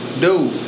Dude